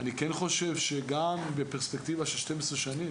אני כן חושב שגם בפרספקטיבה של 12 שנים,